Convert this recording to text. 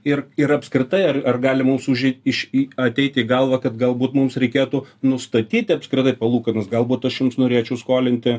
ir ir apskritai ar gali mums už iš į ateiti į galvą kad galbūt mums reikėtų nustatyti apskritai palūkanas galbūt aš jums norėčiau skolinti